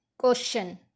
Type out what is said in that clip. Question